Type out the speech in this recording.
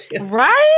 right